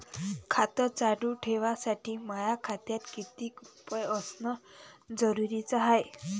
खातं चालू ठेवासाठी माया खात्यात कितीक रुपये असनं जरुरीच हाय?